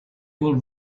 will